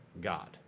God